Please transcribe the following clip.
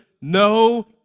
no